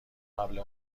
قبل